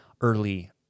early